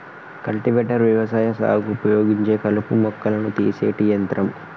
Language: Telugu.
కల్టివేటర్ వ్యవసాయ సాగుకు ఉపయోగించే కలుపు మొక్కలను తీసేటి యంత్రం